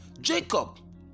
Jacob